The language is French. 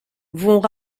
vont